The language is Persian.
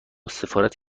سفارت